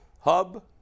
Hub